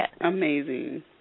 amazing